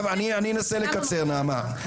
יפה עכשיו אני אנסה לקצר נעמה,